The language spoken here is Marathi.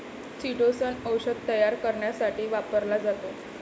चिटोसन औषध तयार करण्यासाठी वापरला जातो